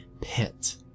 pit